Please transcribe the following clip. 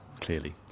clearly